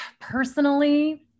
personally